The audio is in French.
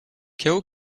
cao